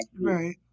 right